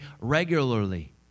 regularly